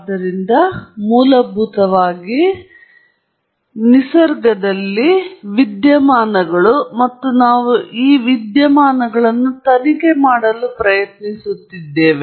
ಆದ್ದರಿಂದ ಮೂಲಭೂತವಾಗಿ ನಿಮಗೇನಾದರೂ ತಿಳಿದಿದೆ ನಿಸರ್ಗದಲ್ಲಿ ವಿದ್ಯಮಾನಗಳು ಮತ್ತು ನಾವು ಈ ವಿದ್ಯಮಾನಗಳನ್ನು ತನಿಖೆ ಮಾಡಲು ಪ್ರಯತ್ನಿಸುತ್ತಿದ್ದೇವೆ